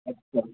अच्छा